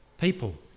people